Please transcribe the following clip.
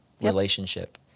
relationship